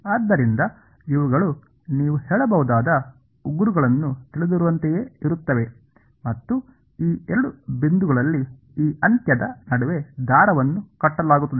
ಆದ್ದರಿಂದ ಇವುಗಳು ನೀವು ಹೇಳಬಹುದಾದ ಉಗುರುಗಳನ್ನು ತಿಳಿದಿರುವಂತೆಯೇ ಇರುತ್ತವೆ ಮತ್ತು ಈ ಎರಡು ಬಿಂದುಗಳಲ್ಲಿ ಈ ಅಂತ್ಯದ ನಡುವೆ ದಾರವನ್ನು ಕಟ್ಟಲಾಗುತ್ತದೆ